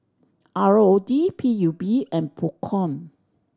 R O D P U B and Procom